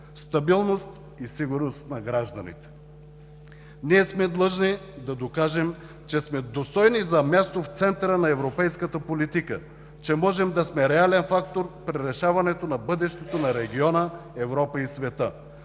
стабилност и сигурност на гражданите. Ние сме длъжни да докажем, че сме достойни за място в центъра на европейската политика, че можем да сме реален фактор при решаването на бъдещето на региона, Европа и света,